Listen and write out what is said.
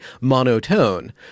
monotone